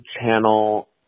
channel